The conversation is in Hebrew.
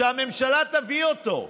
שהממשלה תביא אותו.